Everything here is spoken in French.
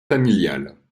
familial